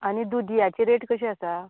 आनी दुद्याची रेट कशी आसा